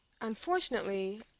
Unfortunately